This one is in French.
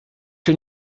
que